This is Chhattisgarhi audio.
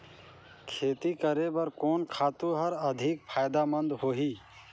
खेती करे बर कोन खातु हर अधिक फायदामंद होही?